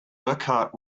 urquhart